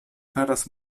faras